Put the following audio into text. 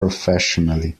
professionally